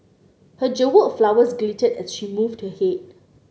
her jewelled flowers glittered as she moved her head